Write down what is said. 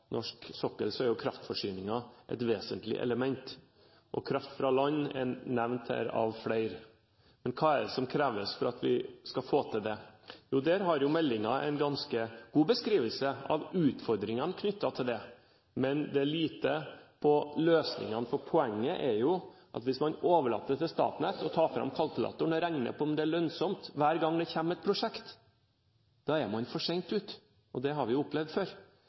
land er nevnt av flere. Men hva er det som kreves for at vi skal få til det? Jo, meldingen har en ganske god beskrivelse av utfordringene knyttet til det. Men det er lite om løsningene, for poenget er jo at hvis man overlater til Statnett å ta fram kalkulatoren og regne på om det er lønnsomt hver gang det kommer et prosjekt, er man for sent ute. Det har vi opplevd før. Poenget er at man faktisk må snu på flisa, sånn at energiministeren planlegger et energisystem i dag, på land, som er i stand til å forsyne sokkelen for